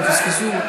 הם פספסו.